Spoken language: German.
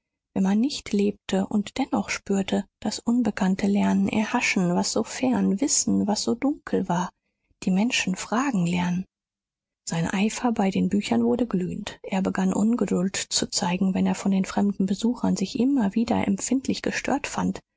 wenn man nicht lebte und dennoch spürte das unbekannte lernen erhaschen was so fern wissen was so dunkel war die menschen fragen lernen sein eifer bei den büchern wurde glühend er begann ungeduld zu zeigen wenn er von den fremden besuchern sich immer wieder empfindlich gestört fand